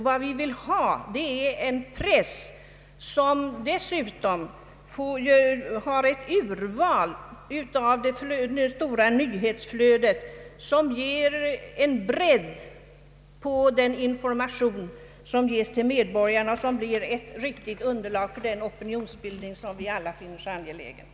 Vad vi vill ha är en press som dels genom sakligt urval ur det stora nyhetsflödet, dels genom bredd på den information som ges till medborgarna ger oss ett riktigt underlag för den opinionsbildning vi alla finner så synnerligen angelägen.